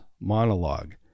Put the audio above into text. monologue